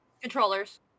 controllers